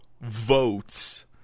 votes